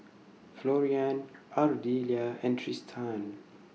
Florian Ardelia and Trystan